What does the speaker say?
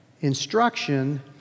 instruction